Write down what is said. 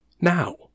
Now